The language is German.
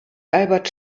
albert